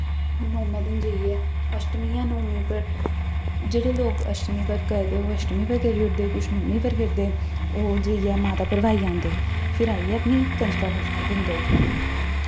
नौमैं दिन जाइयै अष्टमीं जां नौंमी जेह्ड़े लोग अष्टमीं पर करदे ओह् अष्टमीं पर करी ओड़दे किश नौंमी पर करी ओड़दे ओह् जाइयै माता भरवाई औंदे फिर आइयै अपनी कंजकां कुंजकां दिंदे